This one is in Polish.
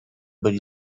byli